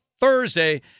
Thursday